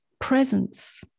presence